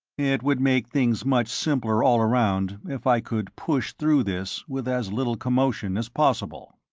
it would make things much simpler all around if i could push through this with as little commotion as possible.